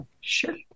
Sure